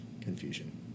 confusion